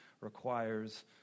requires